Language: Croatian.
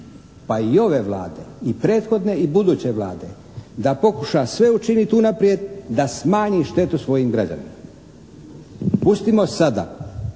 pa i ove Vlade i prethodne i buduće Vlade da pokuša sve učiniti unaprijed da smanji štetu svojim građanima. Pustimo sada